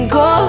go